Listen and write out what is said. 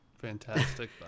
Fantastic